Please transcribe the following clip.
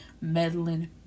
meddling